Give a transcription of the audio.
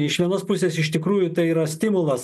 iš vienos pusės iš tikrųjų tai yra stimulas